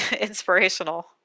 inspirational